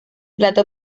plato